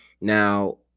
Now